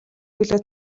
төлөө